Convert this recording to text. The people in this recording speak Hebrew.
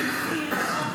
עם אופיר,